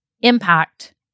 impact